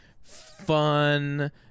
fun